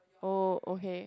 oh okay